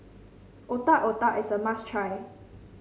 Otak Otak is a must try